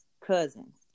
cousins